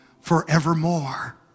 forevermore